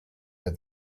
that